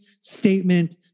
statement